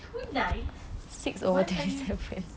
nine what are you